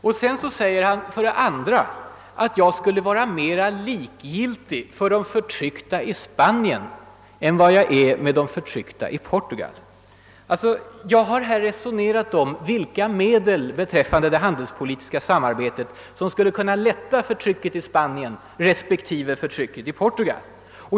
För det andra säger han att jag skulle vara mer likgiltig för de förtryckta i Spanien än jag är för de förtryckta i Portugal. Jag har här resonerat om vilka medel beträffande det handelspolitiska samarbetet som skulle kunna lätta förtrycket i Spanien respektive förtrycket i Portugal.